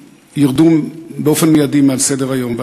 ירדו באופן מיידי מעל סדר-היום.